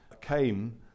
came